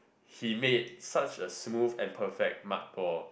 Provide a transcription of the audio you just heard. he made such a smooth and perfect mud ball